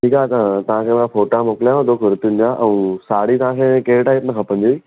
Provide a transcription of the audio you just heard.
ठीकु आहे त तव्हांखे मां फ़ोटा मोकिलियांव थो कुर्तिनि जा ऐं साड़ी तव्हांखे कहिड़े टाइप में खपंदी हुई